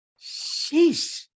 Sheesh